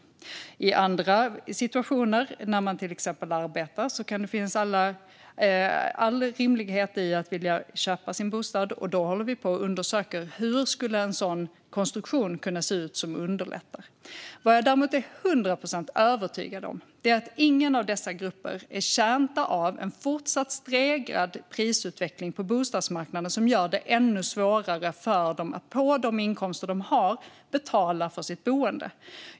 I andra situationer, när man till exempel arbetar, finns det all rimlighet i att vilja köpa sin bostad. Där håller vi på att undersöka hur en sådan konstruktion skulle se ut för att underlätta ett köp. Vad jag däremot är hundra procent övertygad om är att ingen av dessa grupper är betjänt av en fortsatt stegrad prisutveckling på bostadsmarknaden som gör det ännu svårare för dem att med de inkomster de har betala för sitt boende.